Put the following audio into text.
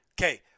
Okay